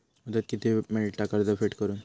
मुदत किती मेळता कर्ज फेड करून?